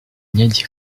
年级